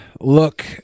Look